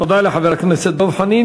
תודה לחבר הכנסת דב חנין.